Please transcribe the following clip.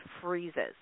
freezes